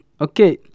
okay